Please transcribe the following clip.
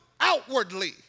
outwardly